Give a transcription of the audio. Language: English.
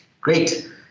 great